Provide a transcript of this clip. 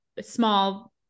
small